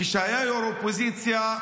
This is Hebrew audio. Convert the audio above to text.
כשהיה ראש אופוזיציה,